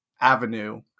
avenue